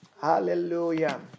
Hallelujah